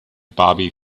bobby